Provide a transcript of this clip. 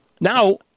Now